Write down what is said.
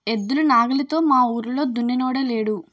ఎద్దులు నాగలితో మావూరిలో దున్నినోడే లేడు